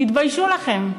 תתביישו לכם.